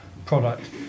product